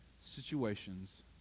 situations